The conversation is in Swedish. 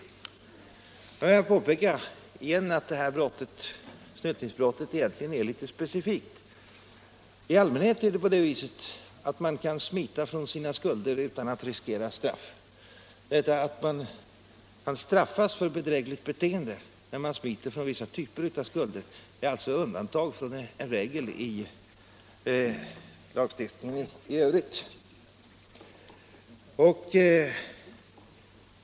Nu vill jag igen påpeka att det här snyltningsbrottet egentligen är litet specifikt. I allmänhet är det på det viset att man kan smita från sina skulder utan att riskera straff. Att man kan straffas för bedrägligt beteende när man smiter från vissa typer av skulder är alltså undantag från en regel i lagstiftningen i övrigt.